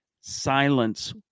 silence